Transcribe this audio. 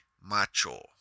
Macho